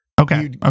okay